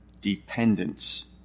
dependence